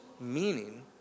meaning